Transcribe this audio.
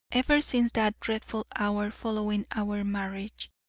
ever since that dreadful hour following our marriage,